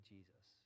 Jesus